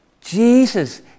Jesus